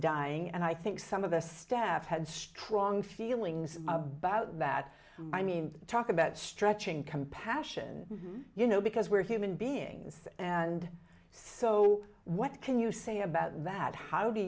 dying and i think some of the staff had strong feelings about that i mean talk about stretching compassion you know because we're human beings and so what can you say about that ho